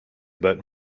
about